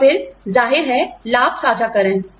और फिर ज़ाहिर है लाभ साझाकरण